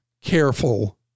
careful